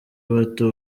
bato